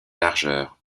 largeur